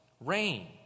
rain